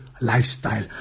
lifestyle